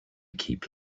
keep